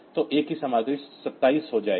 तो A की सामग्री 27 हो जाएगी